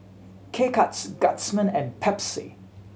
K Cuts Guardsman and Pepsi